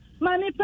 Money